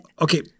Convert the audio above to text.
Okay